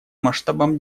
масштабам